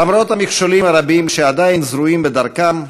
למרות המכשולים הרבים שעדיין זרועים בדרכם,